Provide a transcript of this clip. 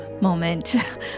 moment